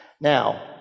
Now